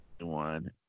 one